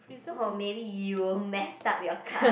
hope maybe you won't messed up your card